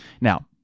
Now